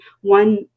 one